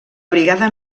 brigada